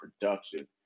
production